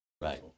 right